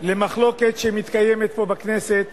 למחלוקת שמתקיימת פה בכנסת